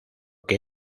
que